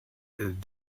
and